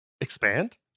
Expand